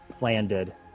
landed